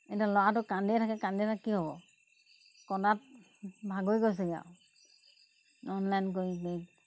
এতিয়া ল'ৰাটো কান্দিয়ে থাকে কান্দিয়ে থাকে কি হ'ব কন্দাত ভাগৰি গৈছেগে আৰু অনলাইন কৰি কৰি